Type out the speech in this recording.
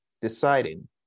Deciding